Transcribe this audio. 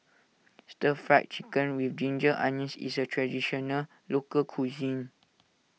Stir Fried Chicken with Ginger Onions is a Traditional Local Cuisine